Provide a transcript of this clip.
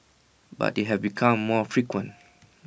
but they have become more frequent